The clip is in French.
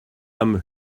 âme